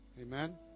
Amen